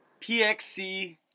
PXC